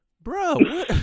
Bro